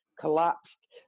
collapsed